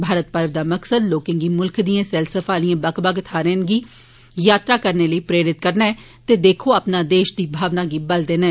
भारत पर्व दा मकसद लोकें गी मुल्खै दियें सैलसफे आहलियें बक्ख बक्ख थ्हारे दी यात्रा करने लेई प्रेरित करना ते देखो अपना देश दी भावना गी बल देना ऐ